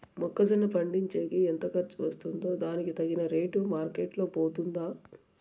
మొక్క జొన్న పండించేకి ఎంత ఖర్చు వస్తుందో దానికి తగిన రేటు మార్కెట్ లో పోతుందా?